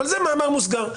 אבל זה מאמר מוסגר.